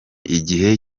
igihe